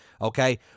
okay